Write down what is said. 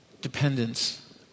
dependence